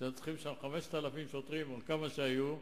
שהיינו צריכים שם 5,000 שוטרים או כמה שהיו,